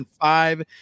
five